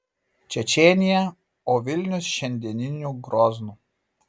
čečėnija o vilnius šiandieniniu groznu